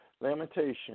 Lamentation